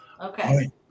Okay